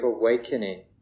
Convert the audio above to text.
awakening